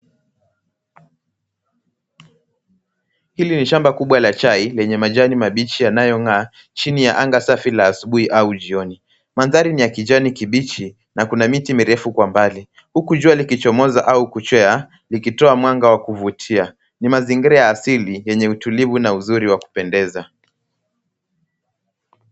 Hili ni shamba kubwa la chai lenye majani mabichi yanayong'aa chini ya anga safi la asubuhi au jioni. Mandhari ni ya kijani kibichi na kuna miti mirefu kwa mbali huku jua likichomoza au kuchwea likitoa mwanga wa kuvutia. Ni mazingira ya asili yenye utulivu na uzuri wa kupendeza.